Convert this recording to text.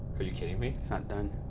are you kidding me? it's not done.